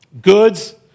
Goods